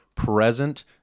present